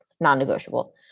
non-negotiable